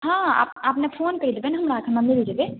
हँ अपने फोन करि देबै ने हम रातमे मिल जेबै